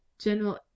General